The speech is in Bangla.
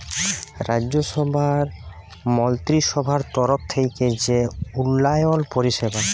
রাজ্যসভার মলত্রিসভার তরফ থ্যাইকে যে উল্ল্যয়ল পরিষেবা